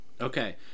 Okay